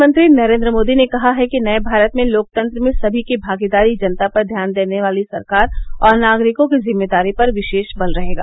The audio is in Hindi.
प्रधानमंत्री नरेन्द्र मोदी ने कहा है कि नये भारत में लोकतंत्र में सभी की भागीदारी जनता पर ध्यान देने वाली सरकार और नागरिकों की जिम्मेदारी पर विशेष बल रहेगा